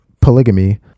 polygamy